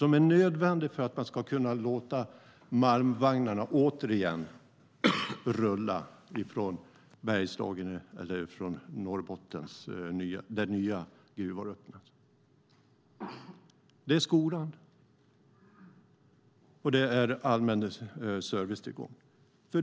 Den är nödvändig för att man ska kunna låta malmvagnarna återigen rulla från Bergslagen eller där nya gruvor öppnas i Norrbotten. Det gäller skolan och allmän servicetillgång.